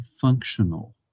Functional